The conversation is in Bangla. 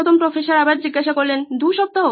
প্রফেসর 1 দু সপ্তাহ